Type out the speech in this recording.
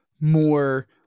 more